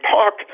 talk